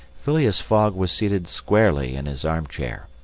phileas fogg was seated squarely in his armchair,